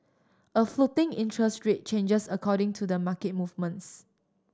a floating interest rate changes according to the market movements